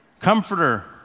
Comforter